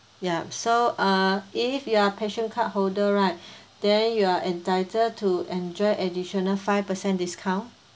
ya so uh if you are Passion card holder right then you are entitled to enjoy additional five percent discount